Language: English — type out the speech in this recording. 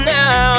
now